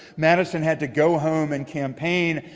madison had to go home and campaign.